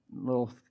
little